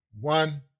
One